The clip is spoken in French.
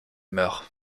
meurent